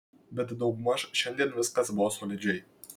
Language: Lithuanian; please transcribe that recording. bet daugmaž šiandien viskas buvo solidžiai